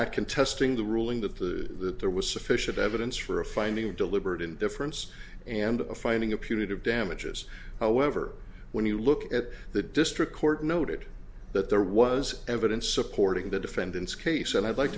not contesting the ruling that the there was sufficient evidence for a finding of deliberate indifference and finding a punitive damages however when you look at the district court noted that there was evidence supporting the defendant's case and i'd like